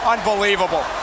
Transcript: Unbelievable